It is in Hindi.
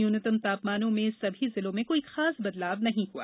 न्यूनतम तापमानों में सभी जिलों में कोई खास बदलाव नहीं हुआ